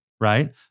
right